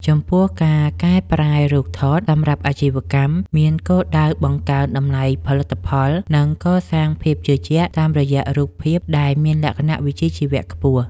ចំពោះ ការកែរូបថតសម្រាប់អាជីវកម្មមានគោលដៅបង្កើនតម្លៃផលិតផល និងកសាងភាពជឿជាក់តាមរយៈរូបភាពដែលមានលក្ខណៈវិជ្ជាជីវៈខ្ពស់។